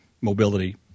mobility